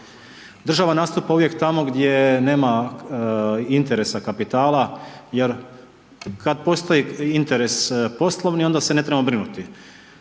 Država nastupa uvijek tamo gdje nema interesa kapitala jer kad postoji interes poslovni, onda se ne trebamo brinuti,